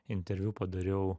interviu padariau